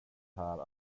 här